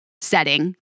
setting